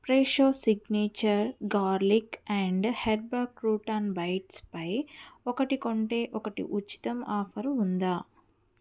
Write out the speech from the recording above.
Fresho signature garlic and herb crouton బైట్స్పై ఒకటి కొంటే ఒకటి ఉచితం ఆఫరు ఉందా